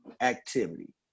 activity